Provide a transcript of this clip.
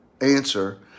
answer